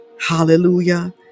hallelujah